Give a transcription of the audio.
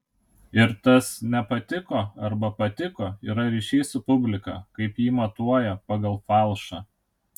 ir tas nepatiko arba patiko yra ryšys su publika kaip ji matuoja pagal falšą